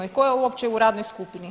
I tko je uopće u radnoj skupini?